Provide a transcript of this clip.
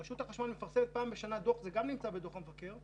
רשות החשמל מפרסמת פעם בשנה דוח זה גם נמצא בדוח המבקר,